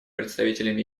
представителем